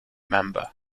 member